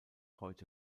heute